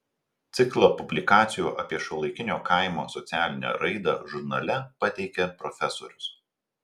ciklą publikacijų apie šiuolaikinio kaimo socialinę raidą žurnale pateikė profesorius